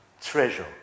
treasure